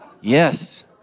yes